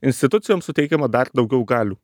institucijom suteikiama dar daugiau galių